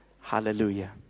Hallelujah